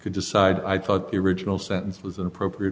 could decide i thought the original sentence was appropriate